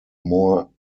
more